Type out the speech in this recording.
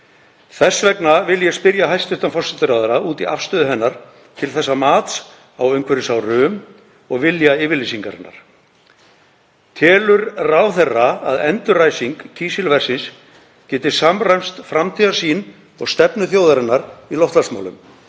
Þess vegna vil ég spyrja hæstv. forsætisráðherra út í afstöðu hennar til þessa mats á umhverfisáhrifum og viljayfirlýsingarinnar. Telur ráðherra að endurræsing kísilversins geti samræmst framtíðarsýn og stefnu þjóðarinnar í loftslagsmálum?